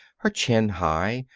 her chin high,